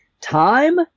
time